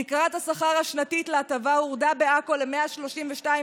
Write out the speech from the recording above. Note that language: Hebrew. תקרת השכר השנתית להטבה הורדה בעכו ל-132,000,